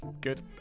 good